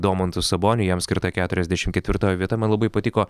domantui saboniui jam skirta keturiasdešim ketvirtoji vieta man labai patiko